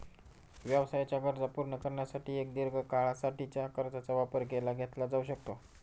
व्यवसायाच्या गरजा पूर्ण करण्यासाठी एक दीर्घ काळा साठीच्या कर्जाचा वापर केला घेतला जाऊ शकतो